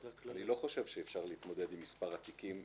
אני לא חושב שאפשר להתמודד עם מספר התיקים,